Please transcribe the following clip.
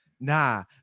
Nah